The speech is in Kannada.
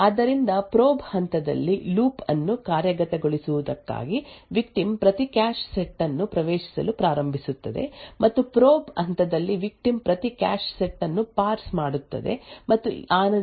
ಆದ್ದರಿಂದ ಪ್ರೋಬ್ ಹಂತದಲ್ಲಿ ಲೂಪ್ ಅನ್ನು ಕಾರ್ಯಗತಗೊಳಿಸುವುದಕ್ಕಾಗಿ ವಿಕ್ಟಿಮ್ ಪ್ರತಿ ಕ್ಯಾಶ್ ಸೆಟ್ ಅನ್ನು ಪ್ರವೇಶಿಸಲು ಪ್ರಾರಂಭಿಸುತ್ತದೆ ಮತ್ತು ಪ್ರೋಬ್ ಹಂತದಲ್ಲಿ ವಿಕ್ಟಿಮ್ ಪ್ರತಿ ಕ್ಯಾಶ್ ಸೆಟ್ ಅನ್ನು ಪಾರ್ಸ್ ಮಾಡುತ್ತದೆ ಮತ್ತು ಆ ನಿರ್ದಿಷ್ಟ ಸೆಟ್ ನಲ್ಲಿ ಮತ್ತು ಆ ಸಮಯದಲ್ಲಿ ಇರುವ ಎಲ್ಲಾ ಕ್ಯಾಶ್ ಲೈನ್ ಗಳನ್ನು ಪ್ರವೇಶಿಸುತ್ತದೆ